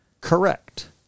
Correct